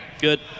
Good